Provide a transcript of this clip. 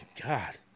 God